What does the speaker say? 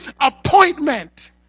appointment